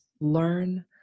learn